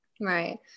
Right